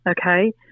okay